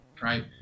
right